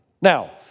Now